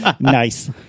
Nice